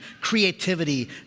creativity